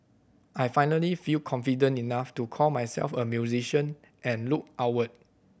I finally feel confident enough to call myself a musician and look outward